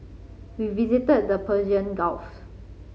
we visited the Persian Gulf